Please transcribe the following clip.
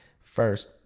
first